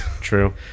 true